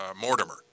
Mortimer